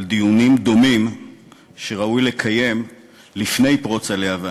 דיונים דומים שראוי לקיים לפני פרוץ הלהבה.